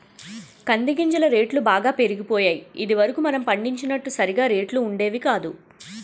కంది గింజల రేట్లు బాగా పెరిగిపోయాయి ఇది వరకు మనం పండించినప్పుడు సరిగా రేట్లు ఉండేవి కాదు